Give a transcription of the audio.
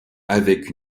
avec